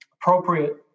appropriate